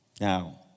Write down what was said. Now